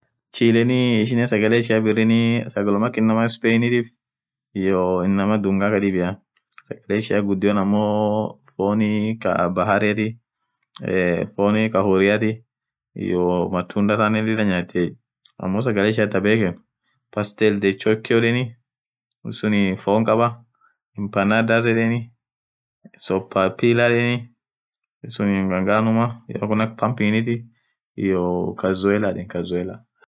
Chileenii ishinen sagale ishian biririni sagalum akaa inamaa spanitii iyoo inamaa dhunga khadhibia sagale ishia ghudio ammo fonn Kaa bahariathi fonn Kaa horiathi iyoo matunda thanen lila nyatiye ammo sagale ishia thaa bekhen pastel the chokion yedheni wonsun fonn khaaba inpanadals sopapiller yedheni isuuni nganganumaa wonkan pand pinith iyoo kazuelaaa